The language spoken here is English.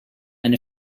and